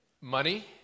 Money